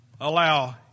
allow